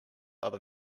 other